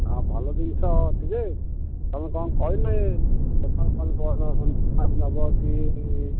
ହଁ ଭଲ ଜିନିଷ ଅଛି ଯେ ତୁମେ କ'ଣ କହିଲେ ନେବ କି